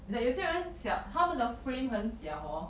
it's like 有些人小他们的 frame 很小 hor